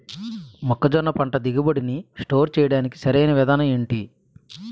మొక్కజొన్న పంట దిగుబడి నీ స్టోర్ చేయడానికి సరియైన విధానం ఎంటి?